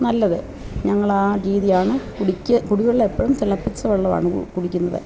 നല്ലത് ഞങ്ങളാ രീതിയാണ് കുടിക്ക് കുടി വെള്ളം എപ്പോഴും തിളപ്പിച്ച വെള്ളമാണ് കു കുടിക്കുന്നത്